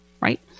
right